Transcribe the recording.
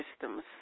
systems